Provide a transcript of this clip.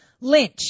Lynch